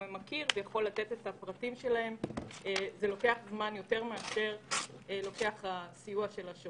הגענו לכמעט שליש מהחולים שהיו באותו זמן רק באמצעות הכלי של השירות,